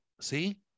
See